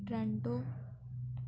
Toronto